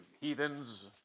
heathens